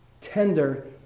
tender